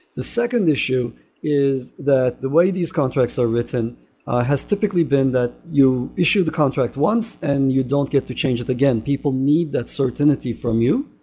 the second issue is that the way these contracts are written has typically been that you issue the contract once and you don't get to change it again people need that certainty from you.